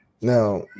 Now